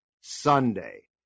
Sunday